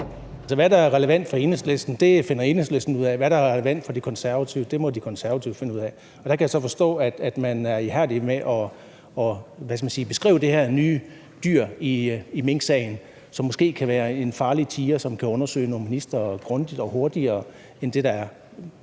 Hvad der er relevant for Enhedslisten, finder Enhedslisten ud af; hvad der er relevant for De Konservative, må De Konservative finde ud af. Der kan jeg så forstå, at man er ihærdig med at beskrive det her nye dyr i minksagen, som måske kan være en farlig tiger, som kan undersøge nogle ministre grundigere og hurtigere, end det ellers